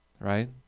Right